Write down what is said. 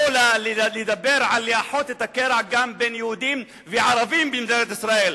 לא לדבר על לאחות את הקרע גם בין יהודים וערבים במדינת ישראל?